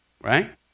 right